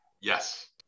Yes